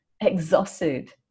exhausted